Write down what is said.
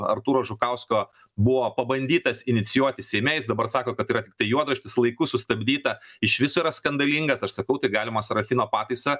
artūro žukausko buvo pabandytas inicijuoti seime jis dabar sako kad tai yra tiktai juodraštis laiku sustabdyta iš viso yra skandalingas aš sakau tai galima sarafino pataisa